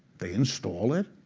they install it.